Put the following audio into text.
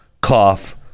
cough